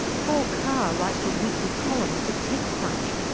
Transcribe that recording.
paul carr writes a weekly column for techcrunch,